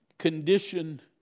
condition